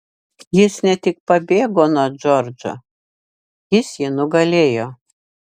jis ne tik pabėgo nuo džordžo jis jį nugalėjo